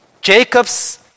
Jacob's